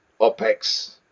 OPEX